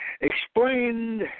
explained